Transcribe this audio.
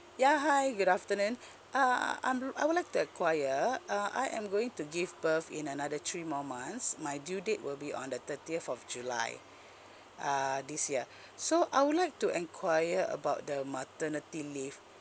yeah hi good afternoon uh I'm I would like to enquire uh I am going to give birth in another three more months my due date will be on the thirtieth of july uh this year so I would like to enquire about the maternity leave